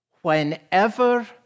Whenever